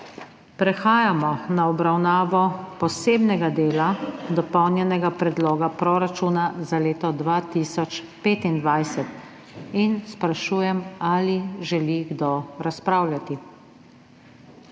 Prehajamo na obravnavo posebnega dela Dopolnjenega predloga proračuna za leto 2025. Sprašujem, ali želi kdo razpravljati.